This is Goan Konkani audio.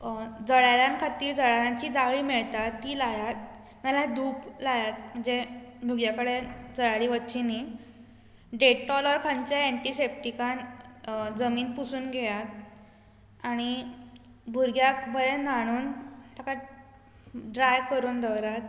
जळारां खातीर जळारांची जाळी मेळटा ती लायात नाल्या धूप लायात म्हणजे नुव्ह्या कडेन जळारी वच्ची न्हय डेटोल ऑर खंयचेंय एण्टिसॅप्टिकान जमीन पुसून घेयात आनी भुरग्यांक बरें न्हाणोन ताका ड्राय करून दवरात